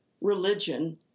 religion